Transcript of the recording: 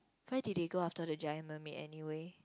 where did they go after the giant mermaid anyway